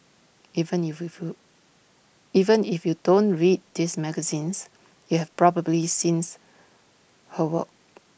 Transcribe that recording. even if you even if you don't read these magazines you've probably seen her work